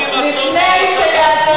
שכחתם?